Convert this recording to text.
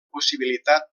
possibilitat